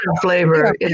flavor